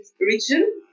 region